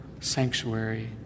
sanctuary